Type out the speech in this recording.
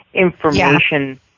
information